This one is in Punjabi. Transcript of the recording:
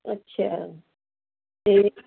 ਅੱਛਾ ਅਤੇ